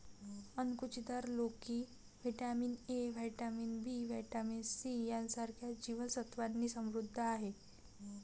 अणकुचीदार लोकी vitamin A, vitamin B, vitamin C यांसारख्या जीवन सत्त्वांनी समृद्ध आहे